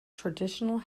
traditional